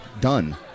done